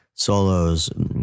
Solos